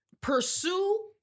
pursue